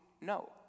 no